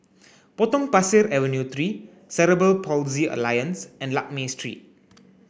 Potong Pasir Avenue Three Cerebral Palsy Alliance and Lakme Street